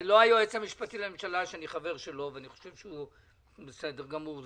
לא היועץ המשפטי לממשלה שאני חבר שלו ואני חושב שהוא בסדר גמור,